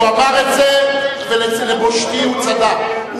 הוא אמר את זה, ולבושתי הוא צדק.